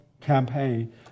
campaign